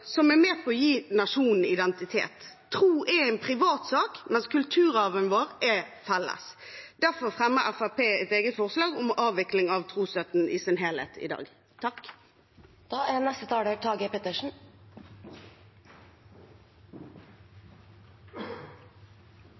som er med på å gi nasjonen identitet. Tro er en privatsak, mens kulturarven vår er felles. Derfor fremmer Fremskrittspartiet et eget forslag om avvikling av trosstøtten i sin helhet i dag. Norge skal være et livssynsåpent samfunn, der trosfrihet og fri religionsutøvelse er